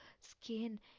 skin